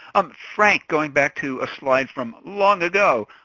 um frank going back to a slide from long ago,